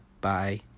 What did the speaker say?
Bye